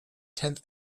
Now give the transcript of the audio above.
tenth